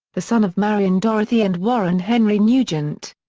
the son of marion dorothy and warren henry nugent.